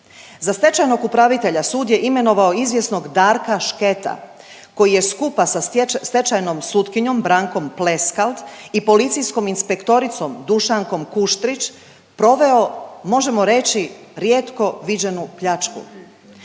Za stečajnog upravitelja sud je imenovao izvjesnog Darka Šketa koji je skupa sa stečajnom sutkinjom Brankom Pleskald i policijskom inspektoricom Dušankom Kuštrić proveo možemo reći rijetku viđenu pljačku.